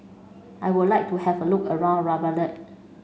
I would like to have a look around Reykjavik